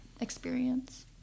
experience